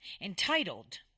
entitled